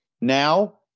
Now